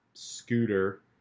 scooter